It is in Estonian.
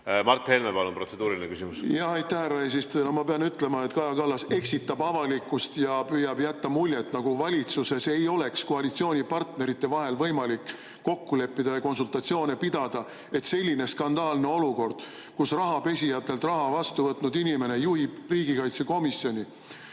Mart Helme, palun, protseduuriline küsimus! Aitäh, härra eesistuja! Ma pean ütlema, et Kaja Kallas eksitab avalikkust ja püüab jätta muljet, nagu valitsuses ei oleks koalitsioonipartnerite vahel võimalik kokku leppida ja konsultatsioone pidada. Selline skandaalne olukord, kus rahapesijatelt raha vastu võtnud inimene juhib riigikaitsekomisjoni,